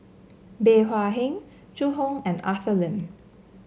Bey Hua Heng Zhu Hong and Arthur Lim